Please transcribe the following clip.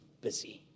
busy